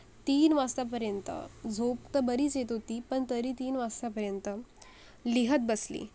तीन वाजतापर्यंत झोप तर बरीच येत होती पण तरी तीन वाजतापर्यंत लिहीत बसली